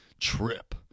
trip